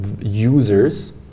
users